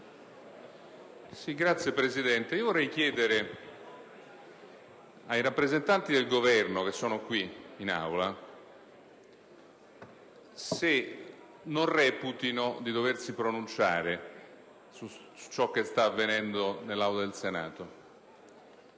Signora Presidente, vorrei chiedere ai rappresentanti del Governo qui presenti se non reputino di doversi pronunciare su ciò che sta avvenendo nell'Aula del Senato.